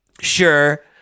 Sure